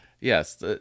Yes